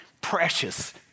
Precious